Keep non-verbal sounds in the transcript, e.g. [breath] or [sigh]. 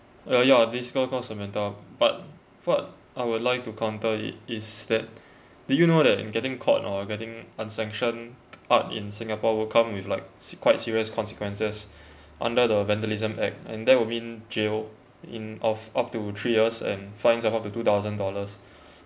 uh ya this girl called samantha but what I would like to counter it is that do you know that in getting caught or getting on sanction art in singapore will come with like se~ quite serious consequences [breath] under the vandalism act and that would mean jail in of up to three years and fines of up to two thousand dollars